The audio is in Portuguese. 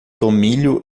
tomilho